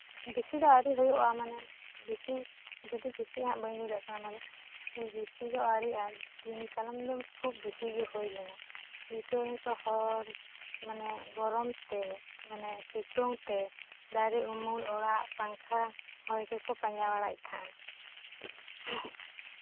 ᱵᱮᱥᱤ ᱫᱚ ᱟᱹᱣᱨᱤ ᱦᱩᱭᱩᱜᱼᱟ ᱢᱟᱱᱮ ᱵᱮᱥᱤ ᱡᱩᱫᱤ ᱵᱮᱥᱤᱜᱼᱟ ᱦᱟᱜ ᱵᱟᱹᱧ ᱞᱟᱹᱭ ᱫᱟᱲᱮᱭᱟᱜᱼᱟ ᱚᱱᱟ ᱫᱚ ᱵᱮᱥᱤ ᱫᱚ ᱟᱹᱣᱨᱤᱭᱟᱜᱼᱟ ᱫᱤᱱ ᱠᱟᱞᱚᱢ ᱫᱚ ᱠᱷᱩᱵ ᱵᱮᱥᱤᱜᱮ ᱦᱩᱭ ᱞᱮᱱᱟ ᱫᱤᱥᱚᱢ ᱨᱮᱛᱚ ᱦᱚᱲ ᱢᱟᱱᱮ ᱜᱚᱨᱚᱢ ᱛᱮ ᱥᱤᱛᱩᱝ ᱛᱮ ᱫᱟᱨᱮ ᱩᱢᱩᱞ ᱚᱲᱟᱜ ᱯᱟᱝᱠᱷᱟ ᱦᱚᱭ ᱜᱮᱠᱚ ᱯᱟᱸᱡᱟ ᱵᱟᱲᱟᱭᱮᱜ ᱛᱟᱦᱮᱸᱜᱼᱟ